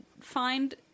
find